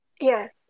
Yes